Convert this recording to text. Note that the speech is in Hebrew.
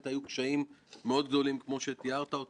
באמת אני חושב שקודם כול הברכות הן לך.